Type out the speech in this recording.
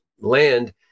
Land